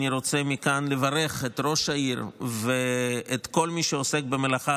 אני רוצה מכאן לברך את ראש העיר ואת כל מי שעוסק במלאכה